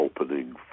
opening